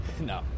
No